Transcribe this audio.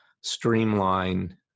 streamline